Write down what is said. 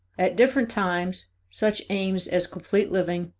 at different times such aims as complete living,